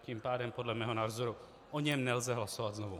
Tím pádem podle mého názoru o něm nelze hlasovat znovu.